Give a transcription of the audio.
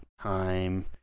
time